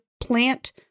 plant